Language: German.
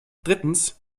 drittens